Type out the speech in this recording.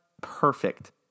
perfect